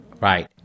Right